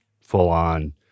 full-on